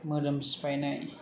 मोदोम सिफायनाय